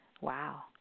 Wow